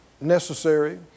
necessary